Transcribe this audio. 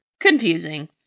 Confusing